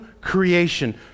creation